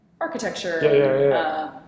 architecture